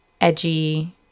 edgy-